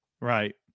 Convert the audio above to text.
right